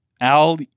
Al